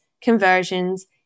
conversions